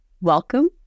welcome